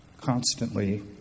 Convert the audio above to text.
constantly